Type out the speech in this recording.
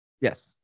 yes